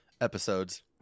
episodes